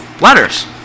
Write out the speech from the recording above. letters